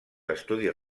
estudis